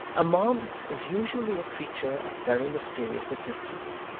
a mob is usually a creature of very mysterious existence,